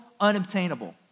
unobtainable